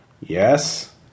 Yes